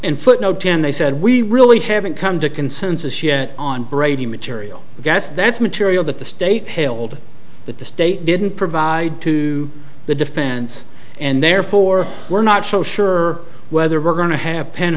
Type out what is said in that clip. and footnote ten they said we really haven't come to consensus yet on brady material guess that's material that the state hailed that the state didn't provide to the defense and therefore we're not so sure whether we're going to have pen